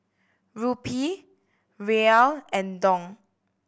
Rupee Riel and Dong